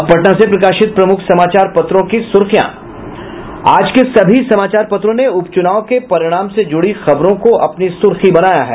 अब पटना से प्रकाशित प्रमुख समाचार पत्रों की सुर्खियां आज के सभी समाचार पत्रों ने उपचुनाव के परिणाम से जुड़ी खबरों को अपनी सुर्खी बनाया है